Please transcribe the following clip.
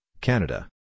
Canada